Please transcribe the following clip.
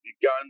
began